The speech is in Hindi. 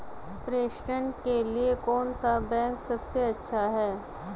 प्रेषण के लिए कौन सा बैंक सबसे अच्छा है?